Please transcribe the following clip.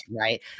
right